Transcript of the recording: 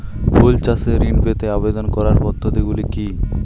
ফুল চাষে ঋণ পেতে আবেদন করার পদ্ধতিগুলি কী?